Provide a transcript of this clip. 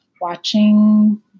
watching